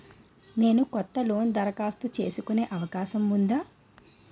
నేను కొత్త లోన్ దరఖాస్తు చేసుకునే అవకాశం ఉందా?